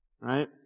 Right